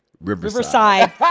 Riverside